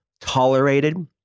tolerated